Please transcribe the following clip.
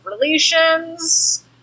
relations